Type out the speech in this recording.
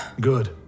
Good